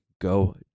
go